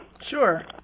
Sure